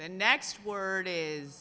the next word is